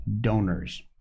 donors